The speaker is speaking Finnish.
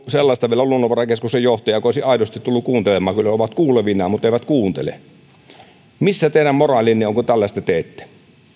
sellaista luonnonvarakeskuksen johtajaa joka olisi aidosti tullut kuuntelemaan kyllä he ovat kuulevinaan mutta eivät kuuntele missä teidän moraalinne on kun tällaista teette